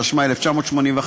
התשמ"א 1981,